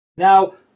Now